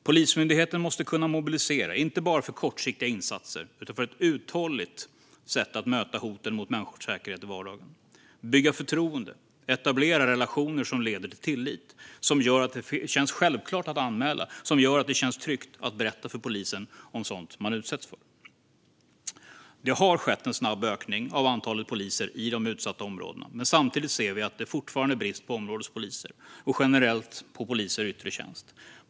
Polismyndigheten måste kunna mobilisera inte bara för kortsiktiga insatser utan för att uthålligt möta hoten mot människors säkerhet i vardagen, bygga förtroende och etablera relationer som leder till tillit, som gör att det känns självklart att anmäla och som gör att det känns tryggt att berätta för polisen om sådant man utsätts för. Det har skett en snabb ökning av antalet poliser i de utsatta områdena, men samtidigt ser vi att det fortfarande är brist på områdespoliser och generellt på poliser i yttre tjänst.